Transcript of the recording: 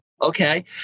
okay